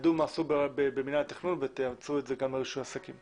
תלמדו מה עשו במינהל התכנון ותאמצו את זה גם לרישוי עסקים.